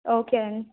okay అండి